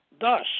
Thus